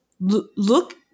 look